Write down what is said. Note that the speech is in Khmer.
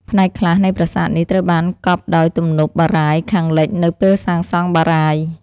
ផ្នែកខ្លះនៃប្រាសាទនេះត្រូវបានកប់ដោយទំនប់បារាយណ៍ខាងលិចនៅពេលសាងសង់បារាយណ៍។